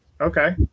Okay